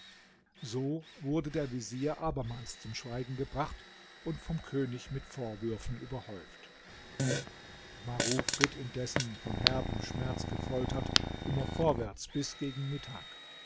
so wurde der vezier abermals zum schweigen gebracht und vom könig mit vorwürfen überhäuft maruf ritt indessen von herbem schmerz gefoltert immer vorwärts bis gegen mittag